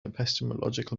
epistemological